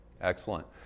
Excellent